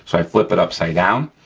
so i flip it upside down,